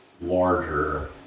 larger